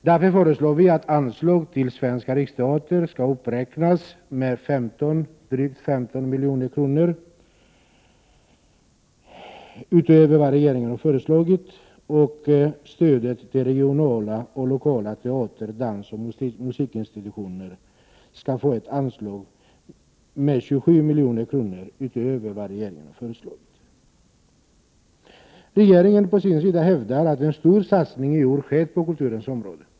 Därvid föreslår vi att anslaget till Svenska riksteatern skall uppräknas med drygt 15 milj.kr., utöver vad regeringen har föreslagit. Regionala och lokala teater-, dansoch musikinsti tutioner skall få ett anslag på 27 milj.kr. utöver det regeringen har föreslagit. Regeringen å sin sida hävdar att en stor satsning i år sker på kulturens område.